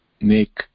make